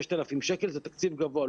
6,000 ₪ זה תקציב גבוה.